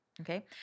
okay